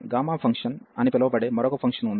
gamma function అని పిలువబడే మరొక ఫంక్షన్ ఉంది